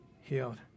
healed